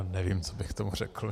Nevím, co bych k tomu řekl.